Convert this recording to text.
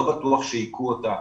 לא בטוח שהיכו אותה,